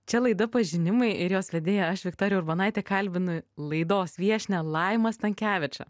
čia laida pažinimai ir jos vedėja viktorija urbonaitė kalbinu laidos viešnią laimą stankevičą